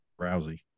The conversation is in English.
Rousey